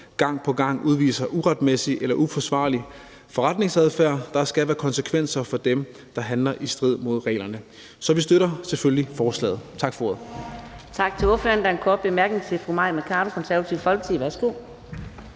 gang på gang udviser uretmæssig eller uforsvarlig forretningsadfærd. Der skal være konsekvenser for dem, der handler i strid med reglerne. Så vi støtter selvfølgelig forslaget. Tak for ordet.